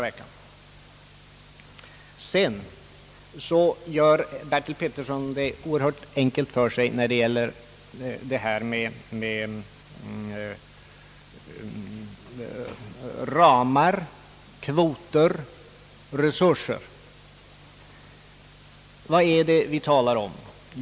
Sedan gör herr Bertil Petersson det oerhört enkelt för sig när det gäller ramar, kvoter och resurser. Vad är det vi talar om?